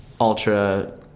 ultra